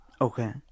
Okay